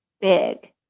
big